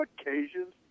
occasions